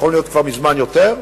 יכול להיות כבר מזמן יותר,